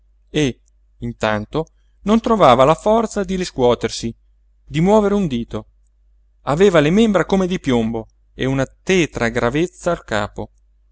e intanto non trovava la forza di riscuotersi di muovere un dito aveva le membra come di piombo e una tetra gravezza al capo